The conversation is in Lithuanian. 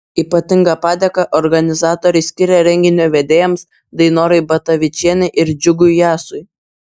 ypatingą padėką organizatoriai skiria renginio vedėjams dainorai batavičienei ir džiugui jasui